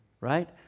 right